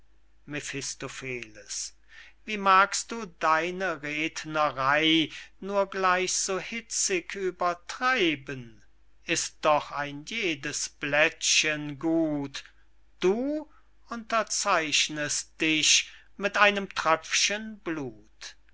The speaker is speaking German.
wie magst du deine rednerey nur gleich so hitzig übertreiben ist doch ein jedes blättchen gut du unterzeichnest dich mit einem tröpfchen blut